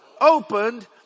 Opened